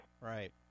Right